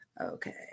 Okay